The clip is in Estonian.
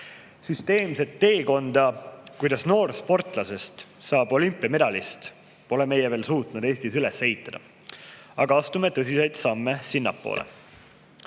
Süsteemset teekonda, kuidas noorsportlasest saab olümpiamedalist, pole me suutnud Eestis üles ehitada, aga astume tõsiseid samme sinnapoole.